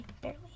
barely